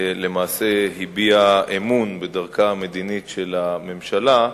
למעשה הביעה אמון בדרכה המדינית של הממשלה,